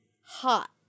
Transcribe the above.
hot